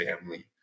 family